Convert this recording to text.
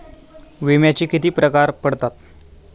विम्याचे किती प्रकार पडतात?